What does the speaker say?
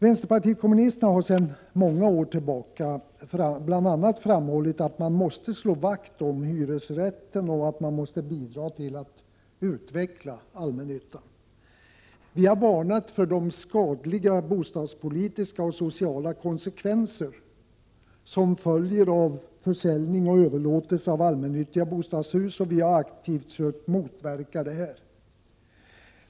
Vänsterpartiet kommunisterna har sedan många år tillbaka bl.a. framhållit att man måste slå vakt om hyresrätten och att man måste bidra till att utveckla allmännyttan. Vi har varnat för de skadliga bostadspolitiska och sociala konsekvenser som följer av försäljning och överlåtelse av allmännyttiga bostadshus, och vi har aktivt sökt motverka sådana försäljningar.